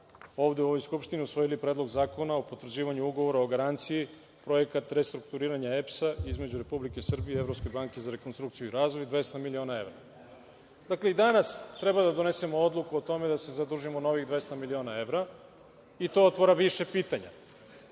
ovde, u ovoj Skupštini, usvojili Predlog zakona o potvrđivanju ugovora o garanciji, projekat restrukturiranja EPS-a između Republike Srbije i Evropske banke za rekonstrukciju i razvoj 200 miliona evra. Dakle, i danas treba da donesemo odluku o tome da se zadužimo novih 200 miliona evra i to otvara više pitanja.